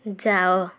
ଯାଅ